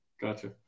Gotcha